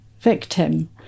victim